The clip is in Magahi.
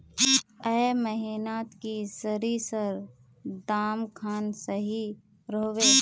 ए महीनात की सरिसर दाम खान सही रोहवे?